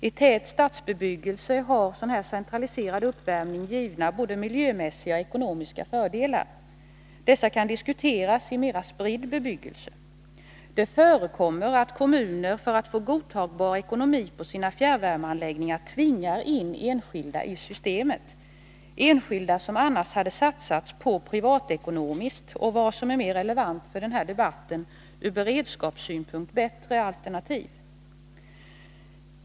I tät stadsbebyggelse har sådan centraliserad uppvärmning givna både miljömässiga och ekonomiska fördelar. Hur det är med det i mera spridd bebyggelse kan diskuteras. Det förekommer att kommuner för att få godtagbar ekonomi för sina fjärrvärmeanläggningar tvingar in enskilda i systemet, enskilda som annars hade satsat på privatekonomiskt och — vilket är mera relevant för den här debatten — från beredskapssynpunkt bättre alternativ.